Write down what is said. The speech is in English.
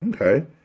Okay